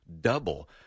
Double